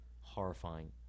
horrifying